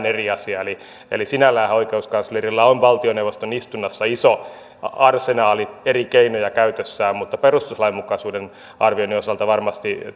eri asia eli eli sinälläänhän oikeuskanslerilla on valtioneuvoston istunnossa iso arsenaali eri keinoja käytössään mutta perustuslainmukaisuuden arvioinnin osalta varmasti